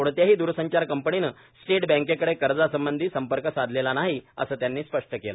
कोणत्याही दूरसंचार कंपनीने स्टेट बँकेकडे कर्जासंबंधी संपर्क साधलेला नाही असं त्यांनी स्पष्ट केलं